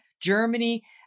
Germany